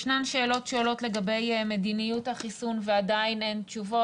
יש שאלות שעולות לגבי מדיניות החיסון ועדיין אין תשובות.